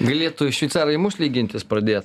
galėtų šveicarai į mus lygintis pradėt